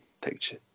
Picture